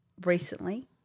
recently